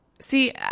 See